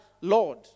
Lord